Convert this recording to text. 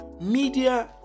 media